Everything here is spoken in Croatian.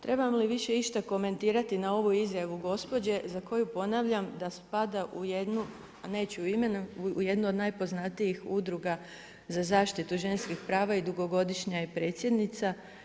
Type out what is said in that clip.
Trebam li više išta komentirati na ovu izjavu gospođe za koju ponavljam da spada u jednu, a neću imenom, u jednu od najpoznatijih udruga za zaštitu ženskih prava i dugogodišnja je predsjednica.